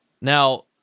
Now